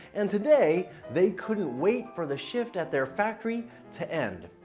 and today, they couldn't wait for the shift at their factory to end.